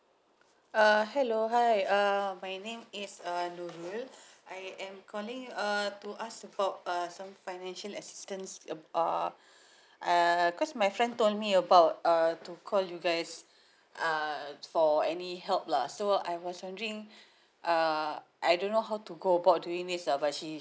uh hello hi um my name is uh nurul I am calling err to ask about err some financial assistance about uh err cause my friend told me about err to call you guys err for any help lah so I was wondering uh I don't know how to go about doing this lah but she